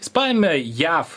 jis paėmė jav